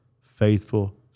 faithful